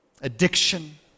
addiction